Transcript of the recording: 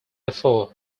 before